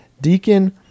Deacon